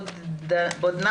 להרבה דברים